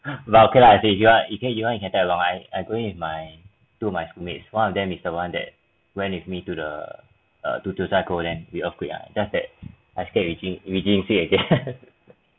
but okay lah let's say you are you want you can tag along I I going with my two of my schoolmates one of them is the one that went with me to the err to jiu zhai gou then we earthquake ah just that I scared we jinx we jinx it again